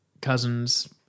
cousins